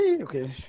okay